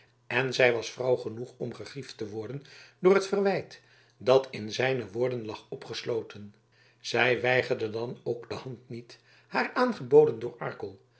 en zij was vrouw genoeg om gegriefd te worden door het verwijt dat in zijne woorden lag opgesloten zij weigerde dan ook de hand niet haar aangeboden door arkel